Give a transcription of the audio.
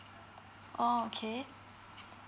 oh okay